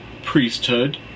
priesthood